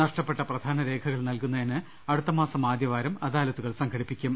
നഷ്ടപ്പെട്ട പ്രധാന രേഖകൾ നൽകുന്നതിന് അടുത്തമാസം ആദ്യവാരം അദാലത്തുകൾ സംഘടി പ്പിക്കും